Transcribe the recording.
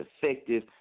effective